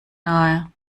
nahe